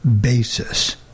basis